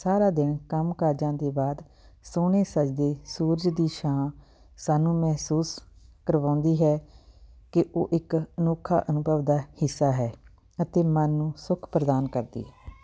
ਸਾਰਾ ਦਿਨ ਕੰਮ ਕਾਜਾਂ ਦੇ ਬਾਅਦ ਸੋਹਣੇ ਸੱਜਦੇ ਸੂਰਜ ਦੀ ਛਾਂ ਸਾਨੂੰ ਮਹਿਸੂਸ ਕਰਵਾਉਂਦੀ ਹੈ ਕਿ ਉਹ ਇੱਕ ਅਨੋਖਾ ਅਨੁਭਵ ਦਾ ਹਿੱਸਾ ਹੈ ਅਤੇ ਮਨ ਨੂੰ ਸੁੱਖ ਪ੍ਰਦਾਨ ਕਰਦੀ ਹੈ